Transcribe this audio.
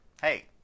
hey